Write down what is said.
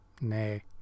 Nay